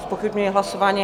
Zpochybňuji hlasování.